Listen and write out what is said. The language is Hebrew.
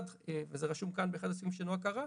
וזה רשום כאן באחד הסעיפים שנועה קראה,